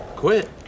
quit